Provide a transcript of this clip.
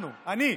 אנחנו, אני,